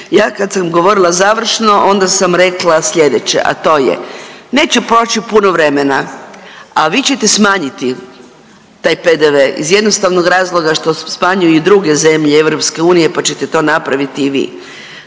Ja kad sam govorila završno onda sam rekla sljedeće, a to je neće proći puno vremena, a vi ćete smanjiti taj PDV iz jednostavnog razloga što smanjuju i druge zemlje EU, pa ćete to napraviti i vi.